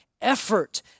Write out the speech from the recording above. effort